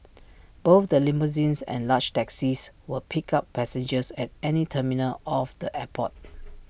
both the limousines and large taxis will pick up passengers at any terminal of the airport